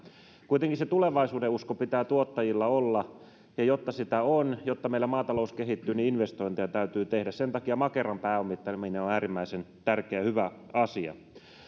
kuitenkin se tulevaisuudenusko pitää tuottajilla olla ja jotta sitä on jotta meillä maatalous kehittyy niin investointeja täytyy tehdä sen takia makeran pääomittaminen on äärimmäisen tärkeä ja hyvä asia